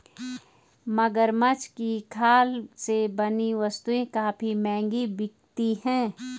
मगरमच्छ की खाल से बनी वस्तुएं काफी महंगी बिकती हैं